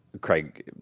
Craig